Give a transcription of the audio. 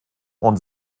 und